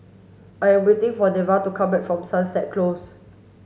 I am waiting for Neva to come back from Sunset Close